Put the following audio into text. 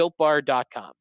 builtbar.com